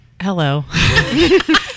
Hello